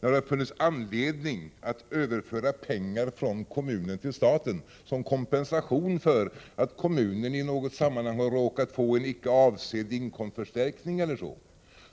När det har funnits anledning att överföra pengar från kommunen till staten som kompensation för att kommunen i något sammanhang har råkat få en icke avsedd inkomstförstärkning,